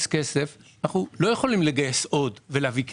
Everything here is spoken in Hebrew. כסף אנחנו לא יכולים לגייס עוד ולהביא כסף.